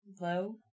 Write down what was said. Low